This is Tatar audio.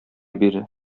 бирә